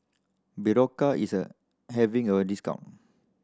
Berocca is a having a discount